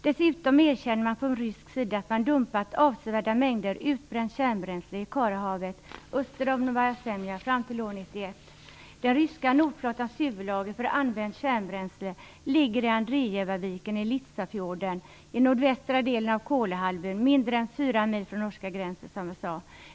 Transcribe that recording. Dessutom erkände man från rysk sida att man dumpat avsevärda mängder utbränt kärnbränsle i Karahavet öster om Novaja Zemlja fram till år 1991. Den ryska nordflottans huvudlager för använt kärnbränsle ligger i Andrejevaviken i Litsafjorden i nordvästra delen av Kolahalvön, mindre än fyra mil från den norska gränsen.